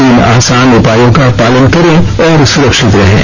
तीन आसान उपायों का पालन करें और सुरक्षित रहें